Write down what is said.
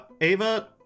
ava